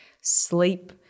sleep